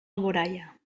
alboraia